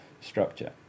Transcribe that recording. structure